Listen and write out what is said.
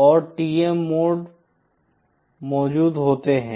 और TM mode मौजूद होते हैं